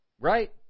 right